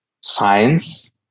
science